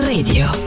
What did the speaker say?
Radio